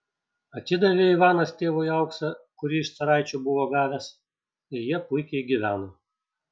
atidavė ivanas tėvui auksą kurį iš caraičio buvo gavęs ir jie puikiai gyveno